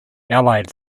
allied